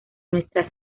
nuestra